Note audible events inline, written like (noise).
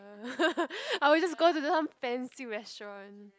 (laughs) or we just go to some fancy restaurant